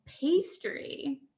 pastry